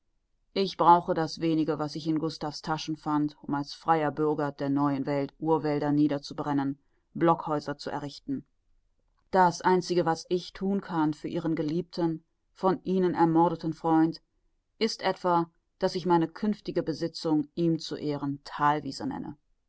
ich brauche das wenige was ich in gustav's taschen fand um als freier bürger der neuen welt urwälder niederzubrennen blockhäuser zu errichten das einzige was ich thun kann für ihren geliebten von ihnen ermordeten freund ist etwa daß ich meine künftige besitzung ihm zu ehren thalwiese nenne